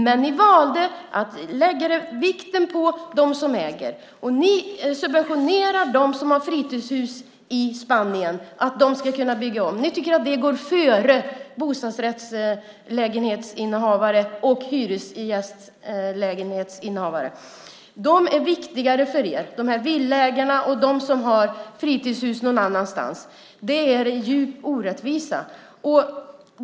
I stället valde ni att lägga vikten på dem som äger. Ni subventionerar dem som har fritidshus i Spanien så att de kan bygga om. Ni tycker att det går före bostadsrättinnehavarnas och hyresgästernas lägenheter. Villaägarna och de som har fritidshus är viktigare för er. Det finns en djup orättvisa i det.